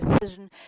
decision